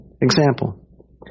example